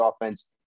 offense